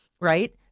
right